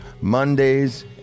Mondays